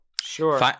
Sure